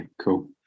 Cool